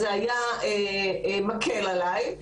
זה היה מקל עלי.